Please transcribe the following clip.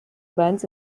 events